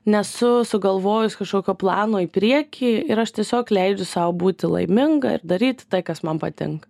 nesu sugalvojus kažkokio plano į priekį ir aš tiesiog leidžiu sau būti laiminga ir daryti tai kas man patinka